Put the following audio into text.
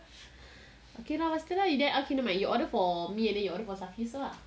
K lah faster lah you order for me and then you order for safi also lah